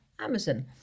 Amazon